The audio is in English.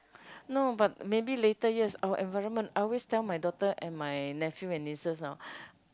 no but maybe later years our environment I always tell my daughter and my nephew and nieces now